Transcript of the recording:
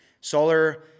Solar